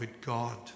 God